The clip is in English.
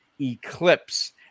Eclipse